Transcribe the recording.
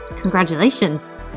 Congratulations